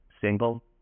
single